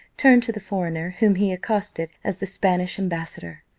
turned to the foreigner, whom he accosted as the spanish ambassador.